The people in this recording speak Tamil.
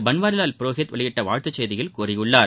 பன்வாரிலால் புரோகித் வெளியிட்ட வாழ்த்து செய்தியில் கூறியுள்ளார்